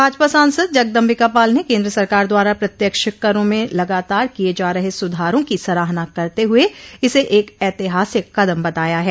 भाजपा सांसद जगदम्बिकापाल ने केन्द्र सरकार द्वारा पत्यक्ष करों में लगातार किये जा रहे सुधारों की सराहना करत हुए इसे एक ऐतिहासिक कदम बताया है